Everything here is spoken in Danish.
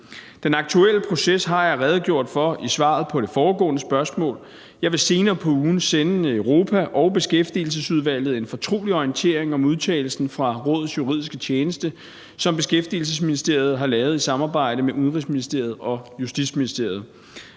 Den aktuelle proces har jeg redegjort for i svaret på det foregående spørgsmål, og jeg vil senere på ugen sende Europaudvalget og Beskæftigelsesudvalget en fortrolig orientering om udtalelsen fra Rådets juridiske tjeneste, som Beskæftigelsesministeriet har lavet i samarbejde med Udenrigsministeriet og Justitsministeriet.